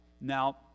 Now